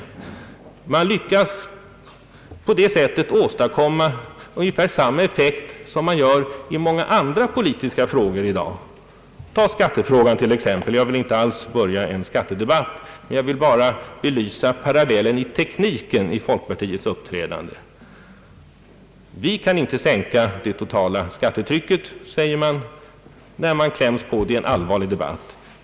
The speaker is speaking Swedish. Man försöker på det sättet åstadkomma ungefär samma effekt som man gör i många andra politiska frågor i dag. Ta skattefrågan som exempel. Jag vill inte alls börja en skattedebatt, jag vill bara belysa parallellen i tekniken i folkpartiets uppträdande. Vi kan inte sänka det totala skattetrycket, medger man när man kläms i en allvarlig debatt.